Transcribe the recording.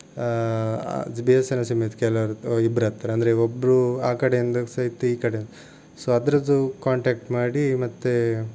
B S N L sim ಇತ್ತು ಕೆಲರ್ದ್ ಇಬ್ರ ಹತ್ರ ಅಂದರೆ ಒಬ್ಬರು ಆ ಕಡೆಯಿಂದ ಸಹ ಇತ್ತು ಈ ಕಡೆ ಸೊ ಅದರದ್ದು ಕಾಂಟಾಕ್ಟ್ ಮಾಡಿ ಮತ್ತೆ